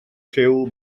lliw